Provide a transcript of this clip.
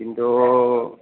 কিন্তু